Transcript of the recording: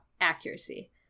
accuracy